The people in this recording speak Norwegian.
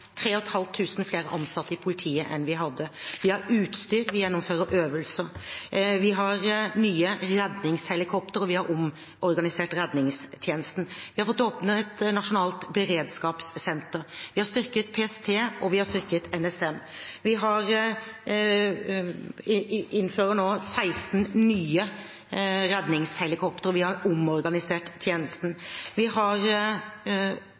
flere ansatte i politiet enn vi hadde. Vi har utstyr til å gjennomføre øvelser. Vi har nye redningshelikoptre, og vi har omorganisert redningstjenesten. Vi har fått åpnet nasjonalt beredskapssenter. Vi har styrket PST, og vi har styrket NSM. Vi innfører nå 16 nye redningshelikoptre, vi har omorganisert tjenesten. Vi har